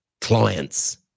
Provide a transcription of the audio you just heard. clients